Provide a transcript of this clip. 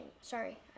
Sorry